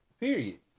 Period